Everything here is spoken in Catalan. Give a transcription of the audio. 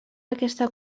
aquesta